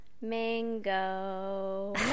mango